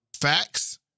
facts